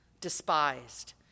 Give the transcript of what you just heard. despised